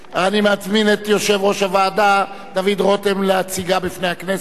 אני מזמין את יושב-ראש הוועדה דוד רותם להציגה בפני הכנסת.